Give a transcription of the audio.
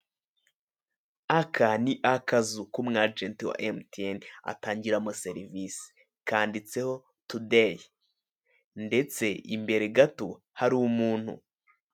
Aka ni akazu umu ajenti wa emutiyene akoreramo kanditseho tudeyi.